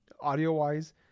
audio-wise